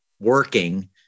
working